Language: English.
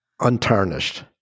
Untarnished